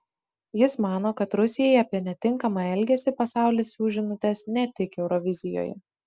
jis mano kad rusijai apie netinkamą elgesį pasaulis siųs žinutes ne tik eurovizijoje